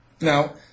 Now